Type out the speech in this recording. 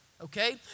okay